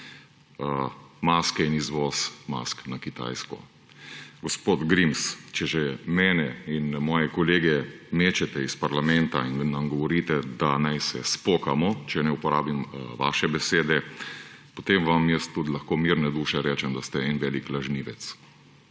maske in izvoz mask na Kitajsko. Gospod Grims, če že mene in moje kolege mečete iz parlamenta in nam govorite, naj se spokamo, če uporabim vaše besede, potem vam tudi jaz lahko mirne duše rečem, da ste en velik lažnivec.